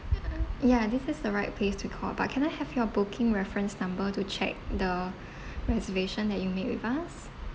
ya this is the right place to call but can I have your booking reference number to check the reservation that you made with us